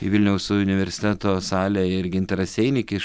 į vilniaus universiteto salę ir gintaras einikis